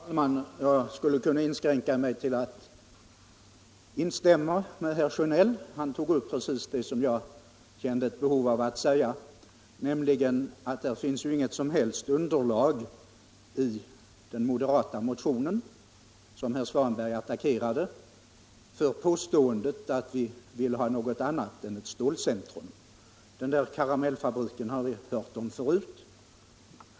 Herr talman! Jag skulle kunna inskränka mig till att instämma med herr Sjönell. Han tog upp precis det som jag kände ett behov av att säga, nämligen att det inte finns något som helst underlag i den moderata motionen som herr Svanberg attackerade för påståendet att vi vill ha något annat än ett stålcentrum. Detta om karamellfabriken har vi hört förut.